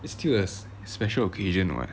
it's still a s~ special occasion [what]